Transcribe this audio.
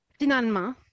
Finalement